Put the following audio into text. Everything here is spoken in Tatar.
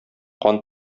кан